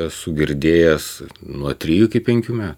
esu girdėjęs nuo trijų iki penkių metų